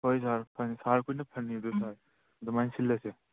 ꯍꯣꯏ ꯁꯥꯔ ꯐꯅꯤ ꯁꯥꯔ ꯈꯣꯏꯅ ꯐꯅꯤ ꯍꯥꯏꯕꯗꯣ ꯁꯥꯔ ꯑꯗꯨꯃꯥꯏ ꯁꯤꯜꯂꯁꯦ